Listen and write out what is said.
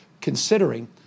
considering